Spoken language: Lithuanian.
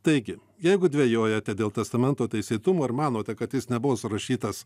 taigi jeigu dvejojate dėl testamento teisėtumo ar manote kad jis nebuvo surašytas